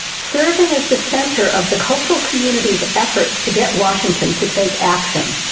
serving as the center of the cultural community's efforts to get washington to take action.